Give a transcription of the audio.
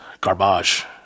garbage